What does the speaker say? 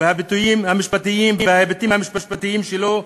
והביטויים המשפטיים וההיבטים המשפטיים שלו,